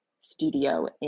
Studio